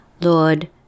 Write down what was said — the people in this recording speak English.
Lord